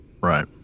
Right